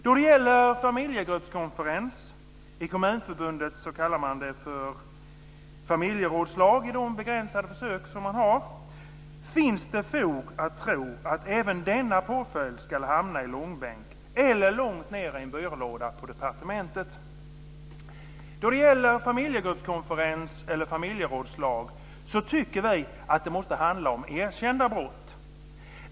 Då det gäller familjegruppskonferens - i Kommunförbundet kallar man det för familjerådslag i de begränsade försök man har - finns det fog att tro att även denna påföljd ska hamna i långbänk eller långt ned i en byrålåda på departementet. Då det gäller familjegruppskonferens eller familjerådslag tycker vi att det måste handla om erkända brott.